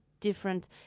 different